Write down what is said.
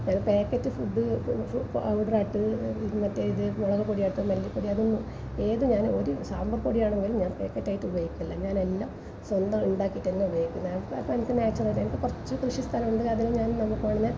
അത് packet food പൗഡറായിട്ട് മറ്റേ ഇത് മുളക് പൊടി മല്ലിപ്പൊടി ഏത് അത് ഒരു സാമ്പാറ് പൊടിയാണെങ്കിലും ഞാൻ പാക്കറ്റായിട്ട് ഉപയോഗിക്കില്ല ഞാൻ എല്ലാം സ്വന്തം ഉണ്ടാക്കിയിട്ട് തന്നെയാണ് ഉപയോഗിക്കുന്നത് ഞാൻ അക്കാര്യത്തില് നാച്ചുറല് എനിക്ക് കുറച്ച് കൃഷി സ്ഥലമുണ്ട് അതിൽ ഞാൻ നല്ലത് പോലെ